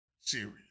series